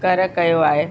कर कयो आहे